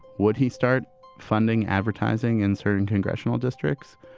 would he start funding advertising in certain congressional districts?